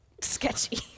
sketchy